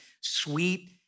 sweet